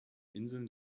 inseln